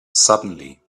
suddenly